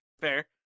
Fair